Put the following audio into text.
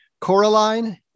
Coraline